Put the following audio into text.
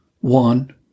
One